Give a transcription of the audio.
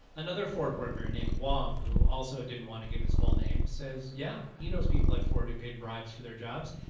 another ford worker, named wang who also didn't want to give his full name says yeah he too knows people at ford who paid bribes for their jobs.